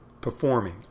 performing